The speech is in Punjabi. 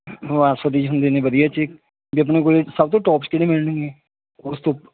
ਬਾਸਮਤੀ ਹੁੰਦੀ ਨੇ ਵਧੀਆ ਚ ਜੀ ਆਪਣੇ ਕੋਲੇ ਸਭ ਤੋਂ ਟੋਪ ਚ ਕਿਹੜੇ ਮਿਲਣਗੇ ਉਸ ਤੋਂ